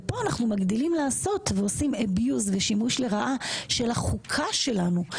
כאן אנחנו מגדילים לעשות ועושים אביוז ושימוש לרעה של החוקה שלנו,